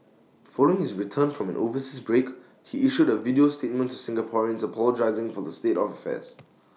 following his return from an overseas break he issued A video statement to Singaporeans apologising for the state of affairs